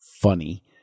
funny